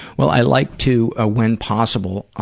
well, i like to, ah when possible, ah